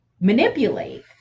manipulate